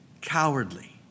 cowardly